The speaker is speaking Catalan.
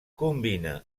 combina